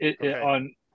on